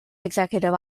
executive